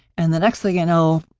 and the next thing i know,